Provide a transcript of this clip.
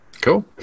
cool